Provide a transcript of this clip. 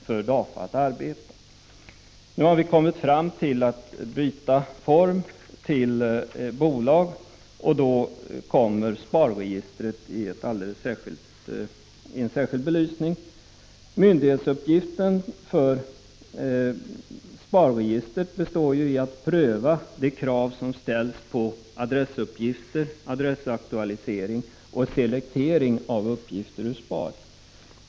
Vi har nu kommit fram till att i stället ett bolag skall inrättas, och då kommer SPAR-registret i en alldeles särskild belysning. Myndighetsuppgiften för SPAR-registret består i en prövning av de krav som ställs på adressuppgifter, adressaktualisering och selektering av uppgifter ur SPAR.